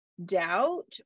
doubt